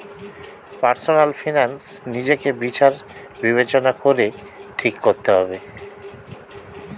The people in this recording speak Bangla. পার্সোনাল ফিনান্স নিজেকে বিচার বিবেচনা করে ঠিক করতে হবে